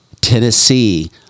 Tennessee